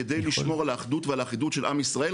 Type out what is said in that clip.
כדי לשמור על האחדות ועל האחידות של עם ישראל,